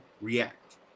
react